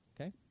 Okay